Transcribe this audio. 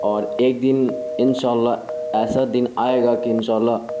اور ایک دن اناء اللہ ایسا دن آئے گا کہ انشاء اللہ